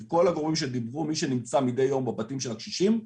עם כל הגורמים מי שנמצא מידי יום בבתים של הקשישים,